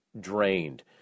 drained